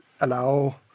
allow